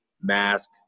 mask